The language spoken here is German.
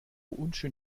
unschön